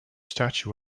statue